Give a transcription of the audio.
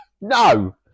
No